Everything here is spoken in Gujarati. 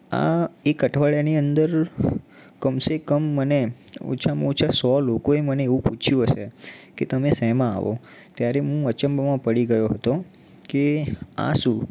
આ એક અઠવાડિયાની અંદર કમ સે કમ મને ઓછામાં ઓછા સો લોકોએ મને એવું પૂછ્યું હશે કે તમે શેમાં આવો ત્યારે હું અચંબોમાં પડી ગયો હતો કે આ શું